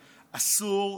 אסור.